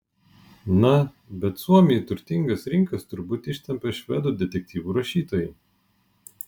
na bet suomį į turtingas rinkas turbūt ištempė švedų detektyvų rašytojai